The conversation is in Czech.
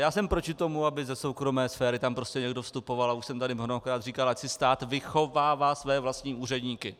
Já jsem proti tomu, aby ze soukromé sféry tam prostě někdo vstupoval, a už jsem tady mnohokrát říkal, ať si stát vychovává své vlastní úředníky.